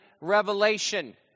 Revelation